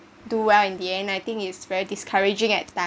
do well in the end I think it's very discouraging at